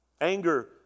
Anger